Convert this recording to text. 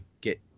get